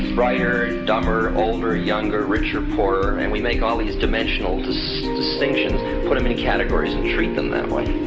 brighter, dumber, older, younger, richer, poorer. and we make all these dimensional distinctions, put them in categories and treat them that way.